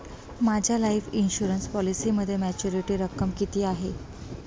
माझ्या life insurance पॉलिसीमध्ये maturity रक्कम किती आहे?